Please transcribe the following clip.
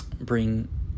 bring